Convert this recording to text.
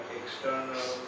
external